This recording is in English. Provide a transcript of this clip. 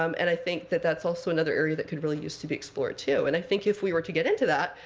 um and i think that that's also another area that could really use to be explored, too. and i think, if we were to get into that,